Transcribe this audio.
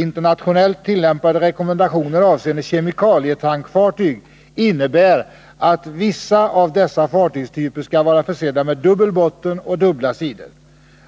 Internationellt tillämpade rekommendationer avseende kemikalietankfartyg innebär att vissa av dessa fartygstyper skall vara försedda med dubbel botten och dubbla sidor.